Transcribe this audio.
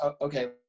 okay